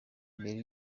mbere